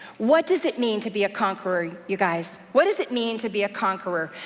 what does it mean to be a conqueror you guys? what does it mean to be a conqueror?